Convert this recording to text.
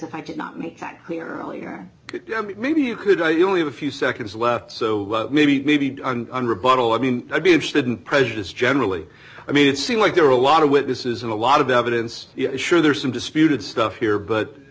if i did not make that clear earlier maybe you could oh you only have a few seconds left so maybe maybe a rebuttal i mean i'd be interested in prejudice generally i mean it seems like there are a lot of witnesses and a lot of evidence you know sure there's some disputed stuff here but